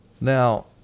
Now